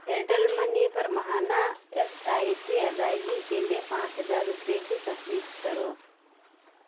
Airtel money پر ماہانہ S I P ادائیگی کے لیے پانچ ہزار روپے کی تصدیق کرو